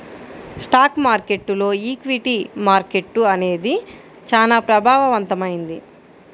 stock మార్కెట్టులో equity మార్కెట్టు అనేది చానా ప్రభావవంతమైంది